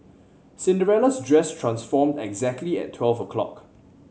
Cinderella's dress transform exactly at twelve o'clock